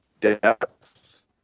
depth